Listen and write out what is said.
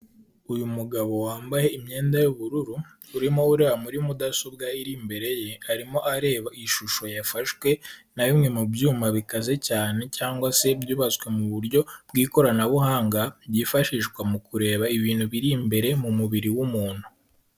Uyu mugabo wambaye imyenda y'ubururu urimo ureba muri mudasobwa iri imbere ye, arimo areba ishusho yafashwe na bimwe mu byuma bikaze cyane cyangwa se byubatswe mu buryo bw'ikoranabuhanga byifashishwa mu kureba ibintu biri imbere mu mubiri w'umuntu.